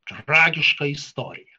tragišką istoriją